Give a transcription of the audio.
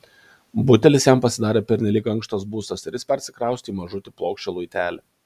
butelis jam pasidarė pernelyg ankštas būstas ir jis persikraustė į mažutį plokščią luitelį